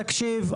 תקשיב,